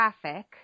traffic